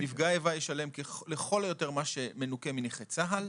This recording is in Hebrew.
נפגע איבה ישלם לכל היותר מה שמנוכה מנכי צה"ל.